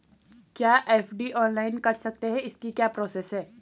क्या FD online कर सकते हैं इसकी क्या प्रोसेस है?